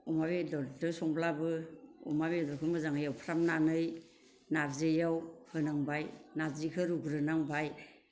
अमा बेदरदो संब्लाबो अमा बेदरखौ मोजां एवफ्रामनानै नारजियाव होनांबाय नारजिखो रुग्रोनांबाय